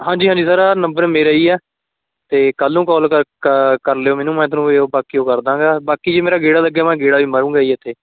ਹਾਂਜੀ ਹਾਂਜੀ ਸਰ ਆਹ ਨੰਬਰ ਮੇਰਾ ਹੀ ਹੈ ਅਤੇ ਕੱਲ੍ਹ ਨੂੰ ਕੋਲ ਕਰ ਲਿਓ ਮੈਨੂੰ ਮੈਂ ਤੁਹਾਨੂੰ ਬਾਕੀ ਉਹ ਕਰਦਾਂਗਾ ਬਾਕੀ ਜੇ ਮੇਰੇ ਗੇੜਾ ਲੱਗਿਆ ਮੈਂ ਗੇੜਾ ਵੀ ਮਾਰੂਗਾ ਜੀ ਇੱਥੇ